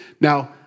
Now